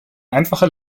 einfache